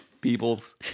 peoples